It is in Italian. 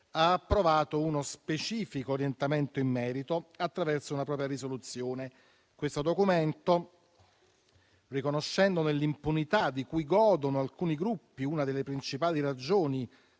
ha approvato uno specifico orientamento in merito, attraverso una propria risoluzione. Questo documento, riconoscendo nell'impunità di cui godono alcuni gruppi una delle principali ragioni